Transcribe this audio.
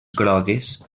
grogues